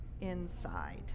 inside